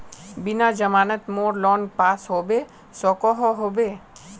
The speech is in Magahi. बिना जमानत मोर लोन पास होबे सकोहो होबे?